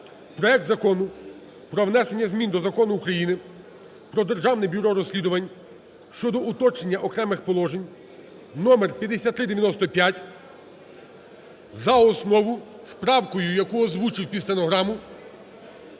проект Закону про внесення змін до Закону України про Державне бюро розслідувань щодо уточнення окремих положень (№ 5395) за основу з правкою, яку озвучив під стенограму